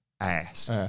ass